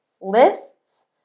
lists